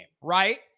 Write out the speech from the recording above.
right